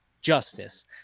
justice